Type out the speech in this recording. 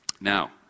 Now